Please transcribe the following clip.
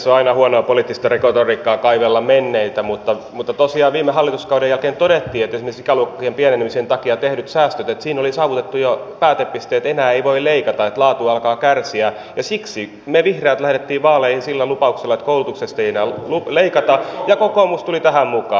on aina huonoa poliittista retoriikkaa kaivella menneitä mutta tosiaan viime hallituskauden jälkeen todettiin että esimerkiksi ikäluokkien pienenemisen takia tehdyissä säästöissä oli jo saavutettu päätepisteet enää ei voi leikata laatu alkaa kärsiä ja siksi me vihreät lähdimme vaaleihin sillä lupauksella että koulutuksesta ei enää leikata ja kokoomus tuli tähän mukaan